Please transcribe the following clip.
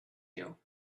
you